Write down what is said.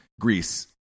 Greece